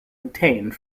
obtained